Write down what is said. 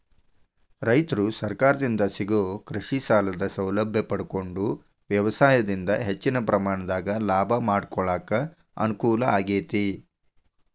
ರೈತರು ಸರಕಾರದಿಂದ ಸಿಗೋ ಕೃಷಿಸಾಲದ ಸೌಲಭ್ಯ ಪಡಕೊಂಡು ವ್ಯವಸಾಯದಿಂದ ಹೆಚ್ಚಿನ ಪ್ರಮಾಣದಾಗ ಲಾಭ ಮಾಡಕೊಳಕ ಅನುಕೂಲ ಆಗೇತಿ